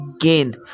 again